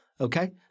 Okay